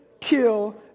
kill